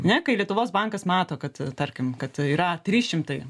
ne kai lietuvos bankas mato kad tarkim kad yra trys šimtai